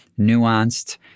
nuanced